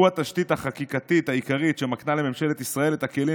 הוא התשתית החקיקתית העיקרית שמקנה לממשלת ישראל את הכלים